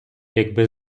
якби